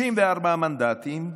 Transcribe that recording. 64 מנדטים,